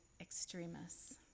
extremists